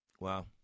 Wow